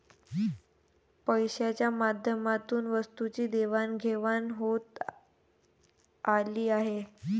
पैशाच्या माध्यमातून वस्तूंची देवाणघेवाण होत आली आहे